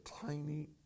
tiny